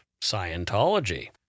Scientology